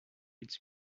its